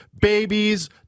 babies